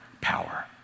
power